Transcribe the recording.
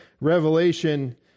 Revelation